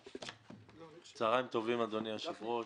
צוהריים טובים, אדוני היושב-ראש.